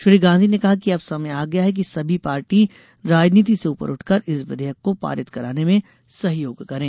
श्री गांधी ने कहा कि अब समय आ गया है कि सभी पार्टी राजनीति से उपर उठकर इस विधेयक को पारित कराने में सहयोग करें